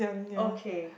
okay